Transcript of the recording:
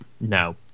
no